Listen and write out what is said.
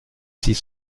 six